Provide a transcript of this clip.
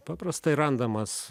paprastai randamas